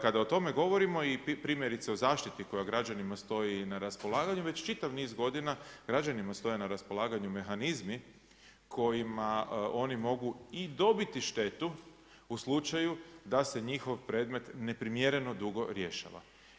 Kada o tome govorimo i primjerice o zaštiti koja građanima stoji na raspolaganju već čitav niz godina građanima na raspolaganju stoje mehanizmi kojima oni mogu i dobiti štetu u slučaju da se njihov predmet neprimjereno dugo rješava.